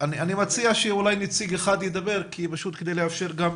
אני שייכת ליחידה למיניות ומניעת פגיעה